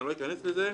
לא אכנס לזה.